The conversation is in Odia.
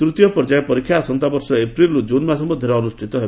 ତୂତୀୟ ପର୍ଯ୍ୟାୟ ପରୀକ୍ଷା ଆସନ୍ତା ବର୍ଷ ଏପ୍ରିଲରୁ ଜୁନ୍ ମାସ ମଧ୍ୟରେ ଅନୁଷ୍ଠିତ ହେବ